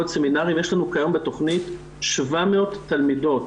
ועוד סמינרים, יש לנו כיום בתכנית 700 תלמידות